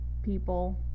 people